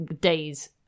days